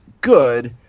good –